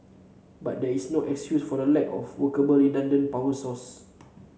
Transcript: but there is no excuse for lack of workable redundant power source